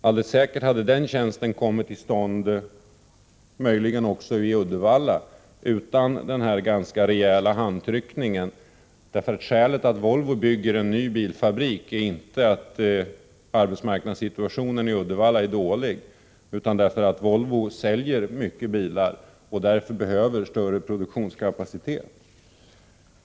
Alldeles säkert hade den ”tjänsten” kommit till — möjligen också i Uddevalla — utan denna ganska rejäla handtryckning. Skälet till att Volvo bygger en ny bilfabrik är inte att arbetsmarknadssituationen i Uddevalla är bekymmersam, utan att Volvo säljer många bilar och därför behöver en större produktionskapacitet.